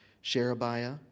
Sherebiah